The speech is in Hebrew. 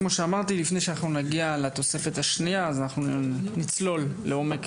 כמו שאמרתי לפני שאנחנו נגיע לתוספת השנייה אנחנו נצלול לעומק